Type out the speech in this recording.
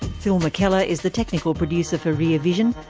phil mckellar is the technical producer for rear vision.